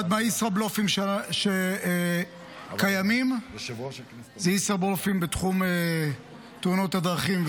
אחד מהישראבלופים שקיימים זה ישראבלופים בתחום תאונות הדרכים,